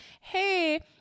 hey